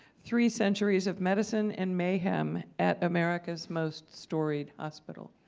three centuries of medicine and mayhem at america's most storied hospital.